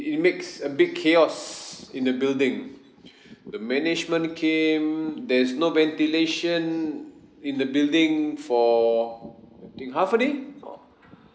it makes a big chaos in the building the management came there's no ventilation in the building for I think half a day or